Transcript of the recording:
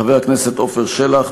חבר הכנסת עפר שלח,